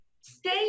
stay